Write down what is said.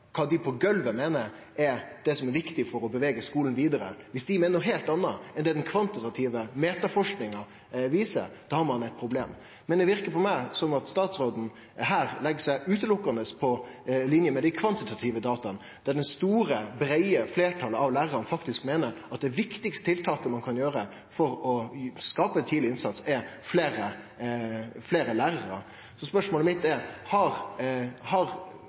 kva dei på golvet meiner er viktig for å bevege skulen vidare – og det den kvantitative metaforskinga viser, har ein eit problem. Men det verkar på meg som om statsråden her legg seg utelukkande på linje med dei kvantitative dataa, trass i at det store, breie fleirtalet av lærarar faktisk meiner at det viktigaste tiltaket ein kan gjere for tidleg innsats, er fleire lærarar. Så spørsmålet mitt er: Har